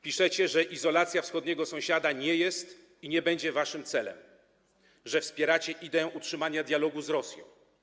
Piszecie, że izolacja wschodniego sąsiada nie jest i nie będzie waszym celem, że wspieracie ideę utrzymania dialogu z Rosją.